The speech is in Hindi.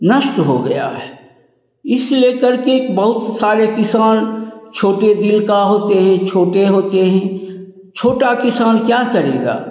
नष्ट हो गया है इस लेकर के बहुत सारे किसान छोटे दिल का होते हैं छोटे होते हैं छोटा किसान क्या करेगा